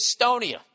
Estonia